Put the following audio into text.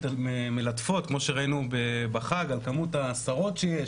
מלטפות כמו שראינו בחג על כמות השרות שיש